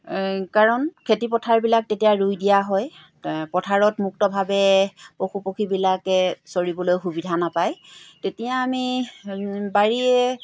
কাৰণ খেতি পথাৰবিলাক তেতিয়া ৰুই দিয়া হয় পথাৰত মুক্তভাৱে পশু পক্ষীবিলাকে চৰিবলৈ সুবিধা নাপায় তেতিয়া আমি বাৰীয়ে